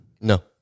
No